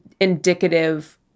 indicative